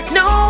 no